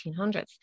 1800s